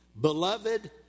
Beloved